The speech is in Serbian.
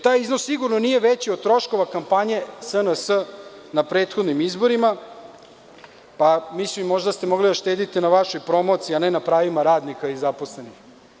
Taj iznos sigurno nije veći od troškova kampanje SNS na prethodnim izborima, pa mislim, možda ste mogli da štedite na vašoj promociji, a ne na pravima radnika i zaposlenih.